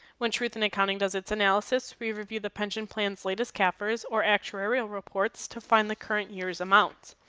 when truth in accounting does its analysis, we review the pension plans latest cafr or actuarial reports to find the current year's amount.